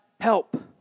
help